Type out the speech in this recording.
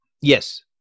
Yes